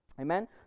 Amen